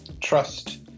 Trust